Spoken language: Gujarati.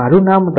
મારું નામ ડો